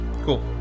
Cool